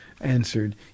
answered